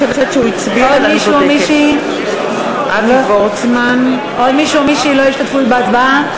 עוד מישהו או מישהי לא השתתפו בהצבעה?